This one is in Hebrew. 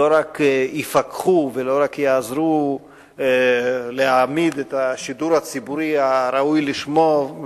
לא רק יפקחו ולא רק יעזרו להעמיד שידור ציבורי ראוי לשמו,